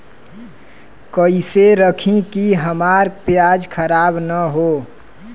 कइसे रखी कि हमार प्याज खराब न हो?